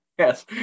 Yes